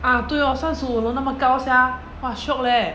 ah 对 orh 三十五楼那么高 sia !wah! shiok leh